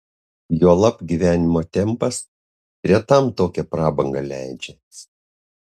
juolab gyvenimo tempas retam tokią prabangą leidžia